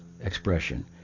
expression